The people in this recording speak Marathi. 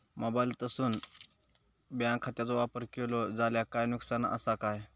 मोबाईलातसून बँक खात्याचो वापर केलो जाल्या काय नुकसान असा काय?